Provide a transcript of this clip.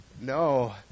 No